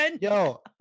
Yo